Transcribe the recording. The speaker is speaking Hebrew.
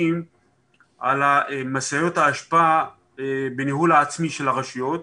על משאיות האשפה בניהול עצמי של הרשויות.